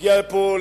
הגיע לפה,